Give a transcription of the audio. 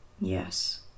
Yes